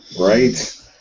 Right